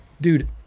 Dude